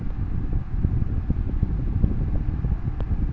UPI এর মাধ্যমে payment কতটা সুরক্ষিত?